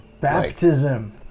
Baptism